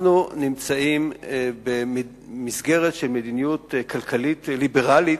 אנחנו נמצאים במסגרת של מדיניות כלכלית ליברלית,